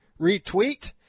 retweet